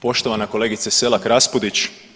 Poštovana kolegice SElak RAspudić.